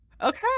okay